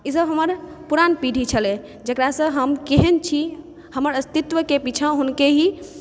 ई सब हमर पुरान पीढ़ी छलै जकरासँ हम केहन छी हमर अस्तित्वके पाछा